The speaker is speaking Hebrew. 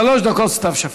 סתיו שפיר,